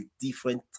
different